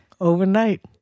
overnight